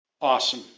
awesome